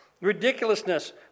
ridiculousness